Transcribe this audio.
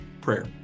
prayer